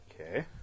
Okay